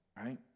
right